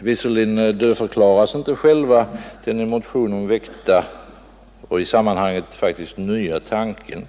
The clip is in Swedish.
Visserligen dödförklaras inte i och för sig den i motionen väckta och i detta sammanhang faktiskt nya tanken,